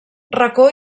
racó